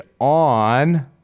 on